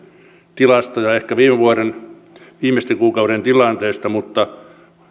tilastoja ehkä viime vuoden viimeisten kuukausien tilanteesta mutta